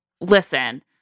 listen